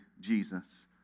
Jesus